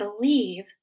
believe